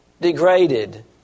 degraded